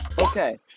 okay